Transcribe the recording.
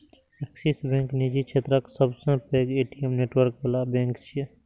Axis bank निजी क्षेत्रक सबसं पैघ ए.टी.एम नेटवर्क बला बैंक छियै